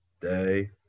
day